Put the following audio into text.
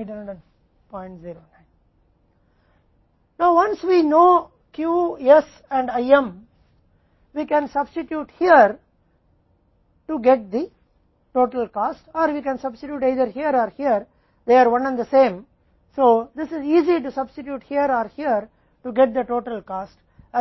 लागत प्राप्त करने के लिए या हम यहाँ या यहाँ स्थानापन्न कर सकते हैं वे एक हैं और एक ही हैं